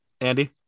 Andy